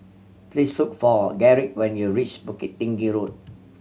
please look for Garrick when you reach Bukit Tinggi Road